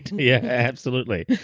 yeah, absolutely.